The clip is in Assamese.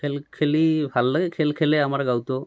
খেল খেলি ভাল লাগে খেল খেলে আমাৰ গাঁৱতো